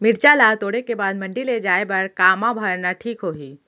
मिरचा ला तोड़े के बाद मंडी ले जाए बर का मा भरना ठीक होही?